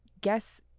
guess